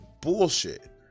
Bullshit